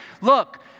Look